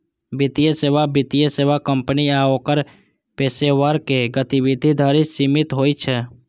वित्तीय सेवा वित्तीय सेवा कंपनी आ ओकर पेशेवरक गतिविधि धरि सीमित होइ छै